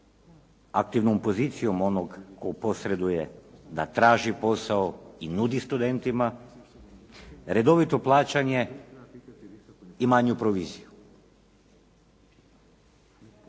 aktivnom pozicijom onog koji posreduje da traži posao i nudi studentima, redovito plaćanje i manju proviziju.